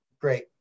great